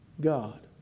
God